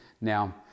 Now